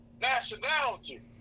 nationality